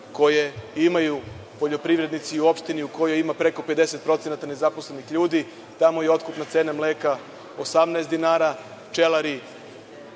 koje imaju poljoprivrednici u opštini u kojoj ima preko 50% nezaposlenih ljudi, tamo je otkupna cena mleka 18 dinara, pčelari